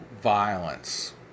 violence